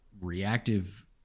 reactive